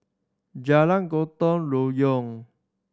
Jalan Gotong Royong